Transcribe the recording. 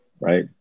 Right